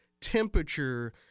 temperature